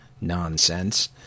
nonsense